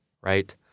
right